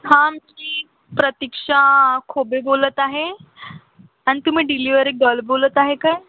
हां मी प्रतीक्षा खोबे बोलत आहे आणि तुम्ही डिलिवरी गल बोलत आहे काय